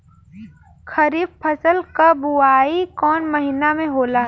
खरीफ फसल क बुवाई कौन महीना में होला?